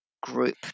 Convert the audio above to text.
group